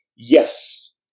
yes